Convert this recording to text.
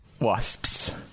wasps